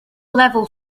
level